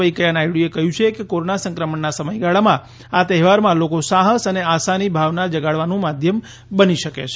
વૈકેયા નાયડુએ કહ્યું છે કે કોરોના સંક્રમણના સમયગાળામાં આ તહેવાર લોકોમાં સાહસ અને આશાની ભાવના જગાડવાનું માધ્યમ બની શકે છે